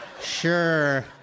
sure